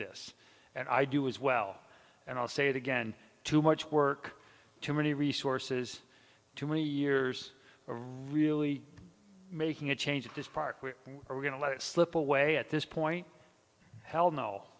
this and i do as well and i'll say it again too much work too many resources too many years are really making a change at this park where we're going to let it slip away at this point hell no